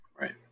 Right